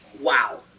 wow